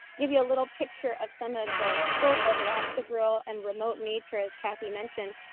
give you a little picture of some of the scope of alaska's rural and remote nature as kathy mentioned,